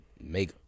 make